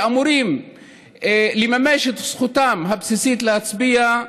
שאמורים לממש את זכותם הבסיסית להצביע,